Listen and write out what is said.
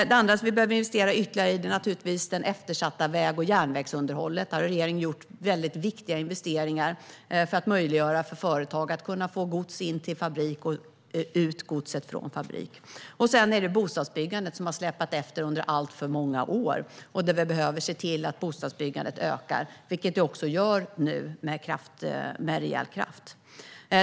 Något annat som vi behöver investera ytterligare i är det eftersatta väg och järnvägsunderhållet. Där har regeringen gjort viktiga investeringar för att möjliggöra för företag att få godset till och från fabrikerna. Sedan har vi bostadsbyggandet, som har släpat efter under alltför många år. Vi behöver se till att det ökar, och det gör det också nu, med rejäl kraft.